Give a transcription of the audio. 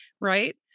right